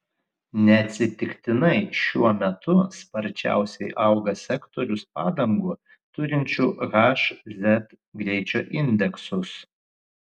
neatsitiktinai šiuo metu sparčiausiai auga sektorius padangų turinčių h z greičio indeksus